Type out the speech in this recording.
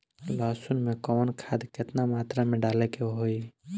लहसुन में कवन खाद केतना मात्रा में डाले के होई?